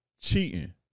Cheating